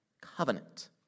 covenant